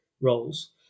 roles